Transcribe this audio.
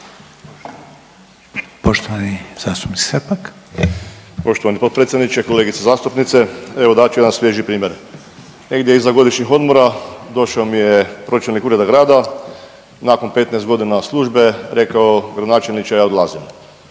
**Srpak, Dražen (HDZ)** Poštovani potpredsjedniče, kolegice zastupnice, evo dat ću jedan svježi primjer. Negdje iza godišnjih odmora, došao mi je pročelnik ureda grada, nakon 15 godina službe, rekao, gradonačelnice, ja odlazim.